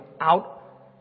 out